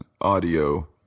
audio